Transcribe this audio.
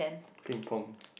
Ping-Pong